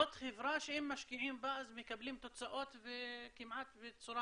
זאת חברה שאם משקיעים בה מקבלים תוצאות כמעט בצורה